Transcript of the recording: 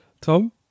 Tom